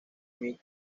minh